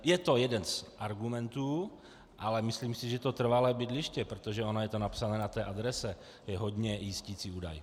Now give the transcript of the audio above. Je to jeden z argumentů, ale myslím si, že trvalé bydliště, protože ono je to napsáno na té adrese, je hodně jisticí údaj.